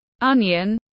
onion